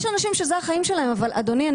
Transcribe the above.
יש אנשים שזה החיים שלהם אבל אדוני,